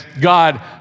God